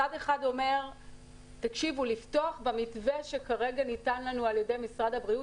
צד אחד אומר שהמתווה שמציג משרד הבריאות,